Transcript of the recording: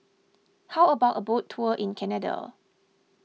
how about a boat tour in Canada